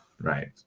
Right